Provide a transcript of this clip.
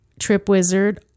TripWizard